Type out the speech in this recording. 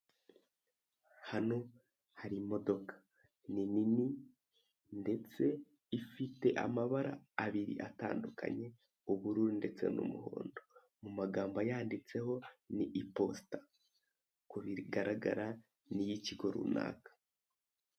Hano hari imodoka ni nini ndetse ifite amabara abiri atandukanye, ubururu ndetse n'umuhondo. Amagambo ayanditseho ni iposita uko bigaragara ni iy'ikigo runaka.